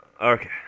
okay